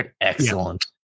Excellent